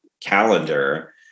calendar